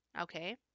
okay